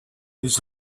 his